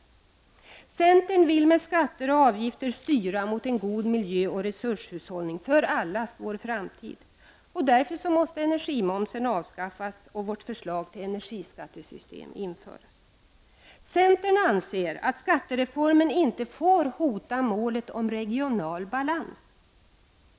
13 Centern vill med skatter och avgifter styra mot en god miljö och resurshushållning för allas vår framtid. Därför måste energimomsen avskaffas och vårt förslag till energiskattesystem införas. Centern anser att skattereformen inte får hota målet om regional balans.